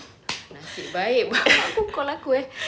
nasib baik buat apa call aku eh